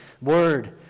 Word